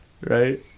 right